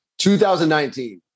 2019